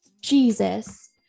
Jesus